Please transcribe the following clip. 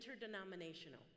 interdenominational